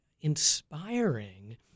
inspiring